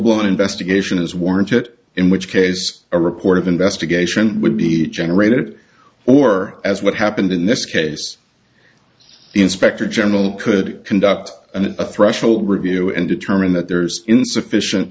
blown investigation is warranted in which case a report of investigation would be generated or as what happened in this case the inspector general could conduct an a threshold review and determine that there's insufficient